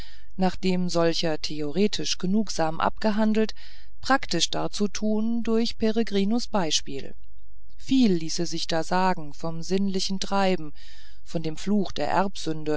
nachdem solcher theoretisch genugsam abgehandelt praktisch darzutun durch peregrinus beispiel viel ließe sich da sagen vom sinnlichen triebe von dem fluch der